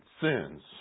sins